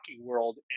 world